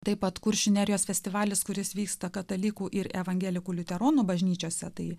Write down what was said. taip pat kuršių nerijos festivalis kuris vyksta katalikų ir evangelikų liuteronų bažnyčiose tai